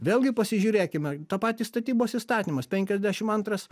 vėlgi pasižiūrėkime tą patį statybos įstatymas penkiasdešim antras